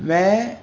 ਮੈਂ